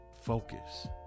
Focus